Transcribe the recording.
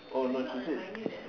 oh no she said